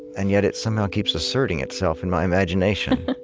and yet, it somehow keeps asserting itself in my imagination